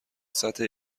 سطح